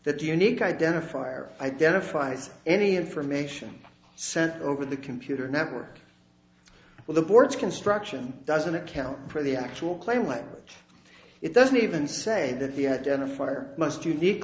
that unique identifier identifies any information sent over the computer network with the board's construction doesn't account for the actual claim language it doesn't even say that the identifier must unique